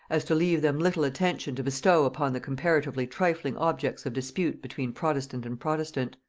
as to leave them little attention to bestow upon the comparatively trifling objects of dispute between protestant and protestant.